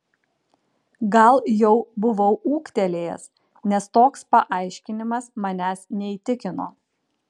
gal jau buvau ūgtelėjęs nes toks paaiškinimas manęs neįtikino